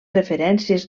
referències